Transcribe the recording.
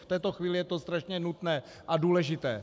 V této chvíli je to strašně nutné a důležité.